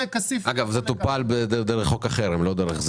אגב, זה טופל דרך חוק אחר, לא דרך זה.